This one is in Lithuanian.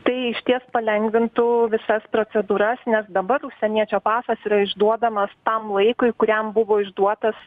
tai išties palengvintų visas procedūras nes dabar užsieniečio pasas yra išduodamas tam laikui kuriam buvo išduotas